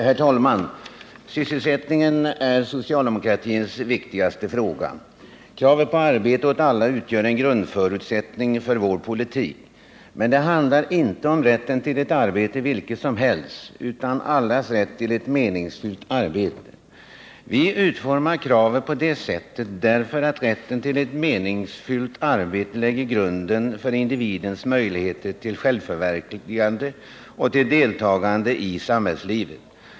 Herr talman! Sysselsättningen är socialdemokratins viktigaste fråga. Kravet på arbete åt alla utgör en grundförutsättning för vår politik. Men det handlar inte om rätten till ett arbete vilket som helst, utan om allas rätt till ett meningsfullt arbete. Vi utformar kravet på det sättet, därför att rätten till ett meningsfullt arbete lägger grunden för individens möjligheter till självförverkligande och till deltagande i samhällslivet.